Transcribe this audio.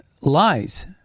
lies